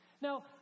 Now